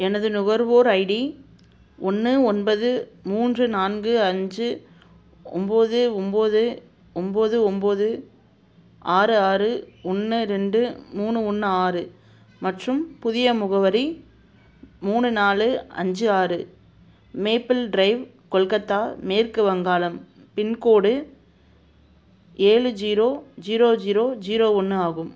எனது நுகர்வோர் ஐடி ஒன்று ஒன்பது மூன்று நான்கு அஞ்சு ஒன்போது ஒன்போது ஒன்போது ஒன்போது ஆறு ஆறு ஒன்று ரெண்டு மூணு ஒன்று ஆறு மற்றும் புதிய முகவரி மூணு நாலு அஞ்சு ஆறு மேப்பிள் ட்ரைவ் கொல்கத்தா மேற்கு வங்காளம் பின்கோடு ஏழு ஜீரோ ஜீரோ ஜீரோ ஜீரோ ஒன்று ஆகும்